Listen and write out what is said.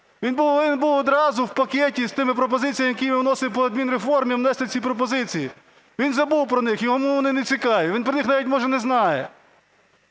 був одразу в пакеті з тими пропозиціями, які він вносив по адмінреформі, внести ці пропозиції. Він забув про них, йому вони не цікаві. Він про них навіть, може, не знає.